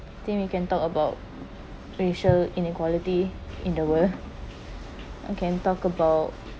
then we can talk about racial inequality in the world and can talk about